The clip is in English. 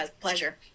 pleasure